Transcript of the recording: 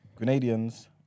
Grenadians